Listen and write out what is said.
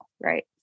right